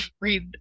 read